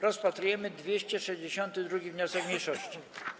Rozpatrujemy 262. wniosek mniejszości.